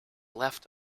left